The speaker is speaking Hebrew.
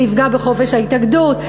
זה יפגע בחופש ההתאגדות,